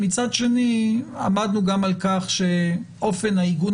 מצד שני עמדנו גם על כך שאופן העיגון